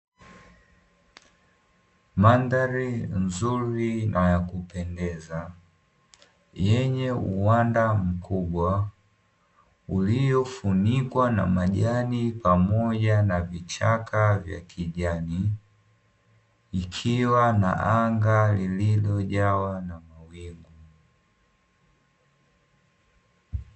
Mandhari nzuri na yakupendeza, yenye uwanda mkubwa uliyofunikwa na majani pamoja na vichaka vya kijani ikiwa na anga lililojawa na mawingu.